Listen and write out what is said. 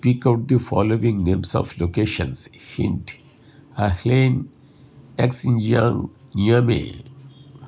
speak out the following names of locations hint అహ్లేన్ ఎక్స్ంజయాంగ్ యమేల్